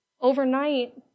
overnight